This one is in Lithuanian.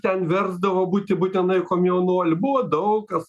ten versdavo būti būtinai komjaunuoliu buvo daug kas